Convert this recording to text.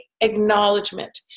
acknowledgement